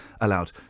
allowed